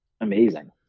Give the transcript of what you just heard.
Amazing